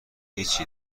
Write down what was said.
هیچی